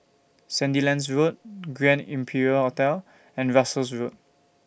Sandilands Road Grand Imperial Hotel and Russels Road